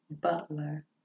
Butler